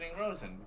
Rosen